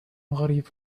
غريب